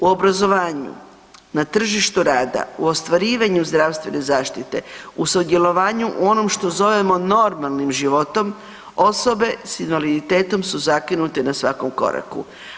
U obrazovanju, na tržištu rada, u ostvarivanju zdravstvene zaštite, u sudjelovanju u onom što zovemo normalnim životom osobe s invaliditetom su zakinute na svakom koraku.